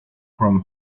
from